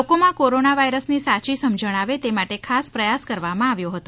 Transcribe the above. લોકોમાં કોરોના વાઇરસની સાચી સમજણ આવે તે માટે ખાસ પ્રયાસ કરવામાં આવ્યો હતો